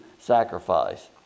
sacrifice